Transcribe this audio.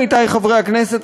עמיתי חברי הכנסת,